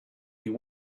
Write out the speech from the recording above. you